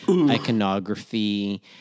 iconography